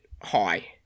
high